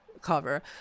cover